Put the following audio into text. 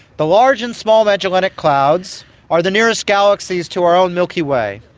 the large and small magellanic clouds are the nearest galaxies to our own milky way.